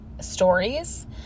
stories